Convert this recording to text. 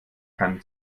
kann